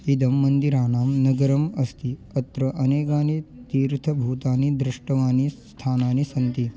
इदं मन्दिराणां नगरम् अस्ति अत्र अनेकानि तीर्थभूतानि द्रष्टव्यानि स्थानानि सन्ति